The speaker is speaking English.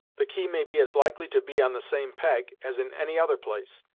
the key may be as likely to be on the same peg, as in any other place.